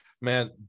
Man